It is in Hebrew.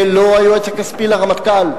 זה לא היועץ הכספי לרמטכ"ל,